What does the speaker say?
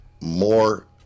more